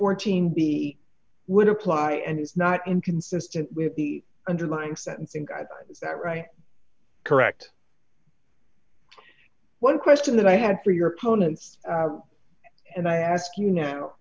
fourteen b would apply and is not inconsistent with the underlying sentencing guidelines that right correct one question that i had for your opponents and i ask you now